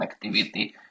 connectivity